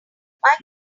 michael